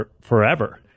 Forever